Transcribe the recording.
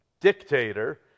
dictator